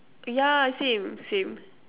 yeah same same